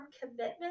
commitment